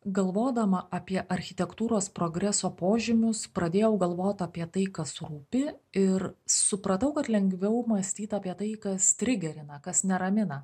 galvodama apie architektūros progreso požymius pradėjau galvot apie tai kas rūpi ir supratau kad lengviau mąstyt apie tai kas trigerina kas neramina